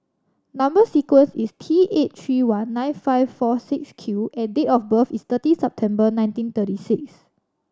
number sequence is T eight three one nine five four six Q and date of birth is thirty September nineteen thirty six